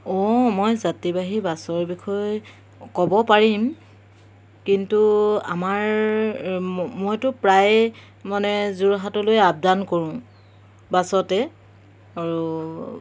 অঁ মই যাত্ৰীবাহী বাছৰ বিষয়ে ক'ব পাৰিম কিন্তু আমাৰ মইতো প্ৰায়ে মানে যোৰহাটলৈ আপ ডাউন কৰোঁ বাছতে আৰু